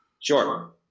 Sure